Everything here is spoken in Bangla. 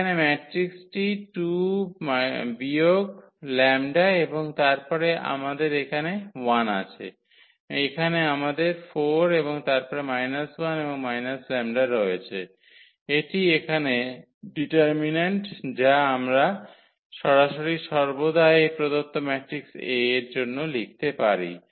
এখানে ম্যাট্রিক্সটি 2 বিয়োগ λ এবং তারপরে আমাদের এখানে 1 আছে এবং এখানে আমাদের 4 এবং তারপরে 1 এবং λ রয়েছে এটি এখানে ডিটারমিন্যান্ট যা আমরা সরাসরি সর্বদা এই প্রদত্ত ম্যাট্রিক্স A এর জন্য লিখতে পারি